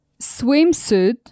Swimsuit